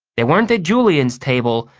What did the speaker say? they weren't at julian's table,